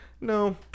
No